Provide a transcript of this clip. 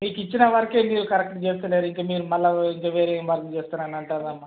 మీకు ఇచ్చిన వర్కే మీరు కరక్ట్గా చేస్తలేరు ఇంకా మీరు మళ్ళా ఇంకా వేరే ఏం వర్క్ చేస్తారని అంటారమ్మా